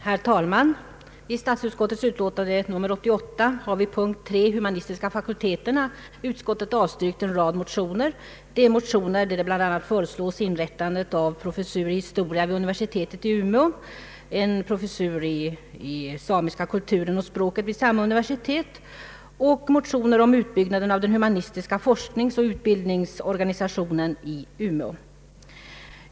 Herr talman! I statsutskottets utlåtande nr 88 har vid punkt 3 Humanistiska fakulteterna utskottet avstyrkt en rad motioner. Det är bl.a. motioner där det föreslås inrättande av en professur i historia vid universitetet i Umeå och en professur i samiska kulturen och språket vid samma universitet samt motioner om utbyggnad av den humanistiska forskningsoch utbildningsorganisationen i Umeå.